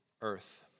earth